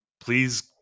please